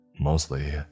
Mostly